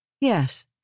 Yes